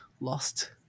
lost